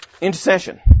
Intercession